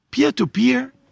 Peer-to-peer